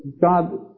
God